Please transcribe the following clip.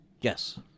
Yes